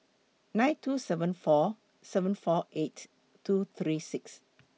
nine two seven four seven four eight two three six